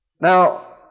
Now